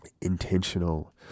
intentional